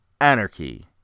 Anarchy